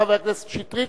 חבר הכנסת שטרית,